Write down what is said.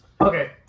Okay